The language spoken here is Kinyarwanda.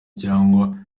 cyangwa